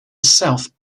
south